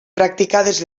practicades